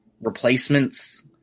replacements